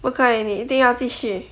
不在你一定要继续